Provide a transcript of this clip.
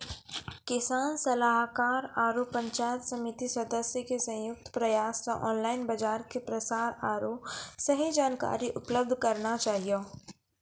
किसान सलाहाकार आरु पंचायत समिति सदस्य के संयुक्त प्रयास से ऑनलाइन बाजार के प्रसार आरु सही जानकारी उपलब्ध करना चाहियो?